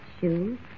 Shoes